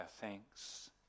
thanks